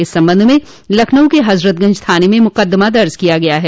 इस संबंध में लखनऊ के हजरतगंज थाने में मुकदमा दर्ज किया गया है